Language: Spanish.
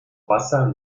pasa